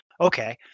Okay